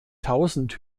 tausend